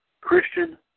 Christian